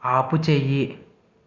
ఆపు చెయ్యి